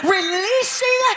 Releasing